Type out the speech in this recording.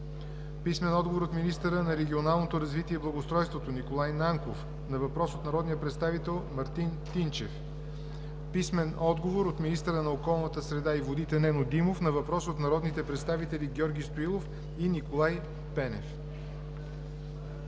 Гьоков; - министъра на регионалното развитие и благоустройството Николай Нанков на въпрос от народния представител Мартин Тинчев; - министъра на околната среда и водите Нено Димов на въпрос от народните представители Георги Стоилов и Николай Пенев.